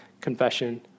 confession